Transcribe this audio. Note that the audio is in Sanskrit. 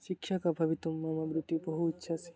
शिक्षकः भवितुं मम वृत्तिः बहु इच्छास्ति